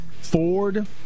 Ford